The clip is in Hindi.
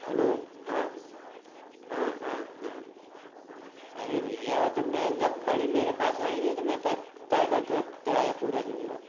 हैलो हाँ हाँ हाँ अरे भैया तो मैं जब गाड़ी मेरे पास आई तो मैं नहीं तो मैं काहे का पूरा दूँगा